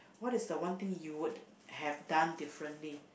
what is the one thing you would have done differently